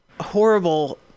horrible